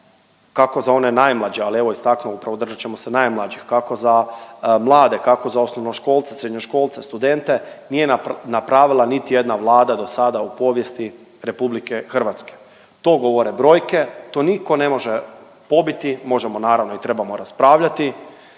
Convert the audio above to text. kako za one najmlađe, ali evo istak… upravo držati ćemo se najmlađih, kako za mlade, kako za osnovnoškolce, srednjoškolce, studente nije napravila niti jedna vlada dosada u povijesti RH. To govore brojke, to nitko ne može pobiti, možemo naravno i trebamo raspravljati.